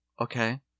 okay